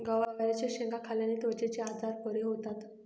गवारच्या शेंगा खाल्ल्याने त्वचेचे आजार बरे होतात